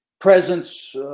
presence